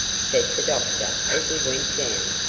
said the doctor, as he went down.